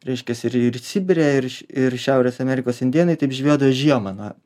reiškias ir ir sibire ir š ir šiaurės amerikos indėnai taip žvejodavo žiemą na